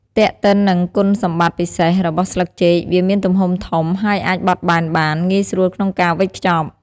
ទាក់ទិននឹងគុណសម្បត្តិពិសេសរបស់ស្លឹកចេក វាមានទំហំធំ ហើយអាចបត់បែនបាន ងាយស្រួលក្នុងការវេចខ្ចប់។